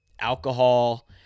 alcohol